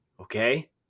okay